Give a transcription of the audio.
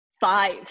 five